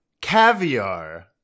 caviar